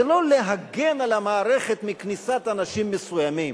זה לא להגן על המערכת מכניסת אנשים מסוימים.